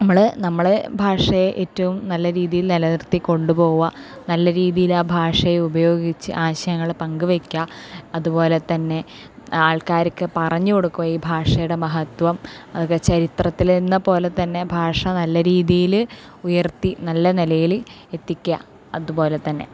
നമ്മള് നമ്മളുടെ ഭാഷയെ ഏറ്റവും നല്ല രീതിയിൽ നിലനിർത്തിക്കൊണ്ട് പോകാൻ നല്ല രീതിയിൽ ആ ഭാഷ ഉപയോഗിച്ച് ആശയങ്ങൾ പങ്ക് വയ്ക്കുക അതുപോലെ തന്നെ ആൾക്കാർക്ക് പറഞ്ഞു കൊടുക്കുക ഈ ഭാഷയുടെ മഹത്വം അത് ചരിത്രത്തിലെന്ന പോലെ തന്നെ ഭാഷ നല്ലരീതിയില് ഉയർത്തി നല്ല നിലയില് എത്തിക്കുക അതുപോലെ തന്നെ